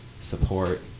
support